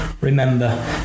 Remember